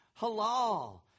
halal